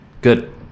Good